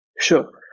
Sure